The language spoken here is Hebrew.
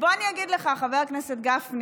בוא אני אגיד לך, חבר הכנסת גפני,